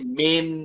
main